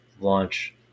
launch